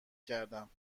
کردم